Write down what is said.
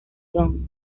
gun